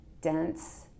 dense